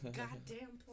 goddamn